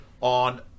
on